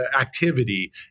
activity